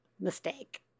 mistake